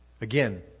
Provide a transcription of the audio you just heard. again